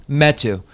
metu